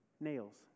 Nails